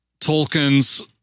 Tolkien's